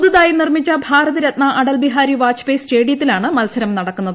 പുതുതായി നിർമ്മിച്ച ഭാരത് രത്ന അടൽ ബിഹാരി വാജ്പേയ് സ്റ്റേഡിയത്തിലാണ് മത്സരം നടക്കുന്നത്